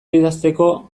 idazteko